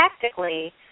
tactically